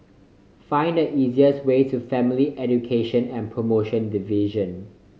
find the easiest way to Family Education and Promotion Division